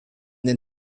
den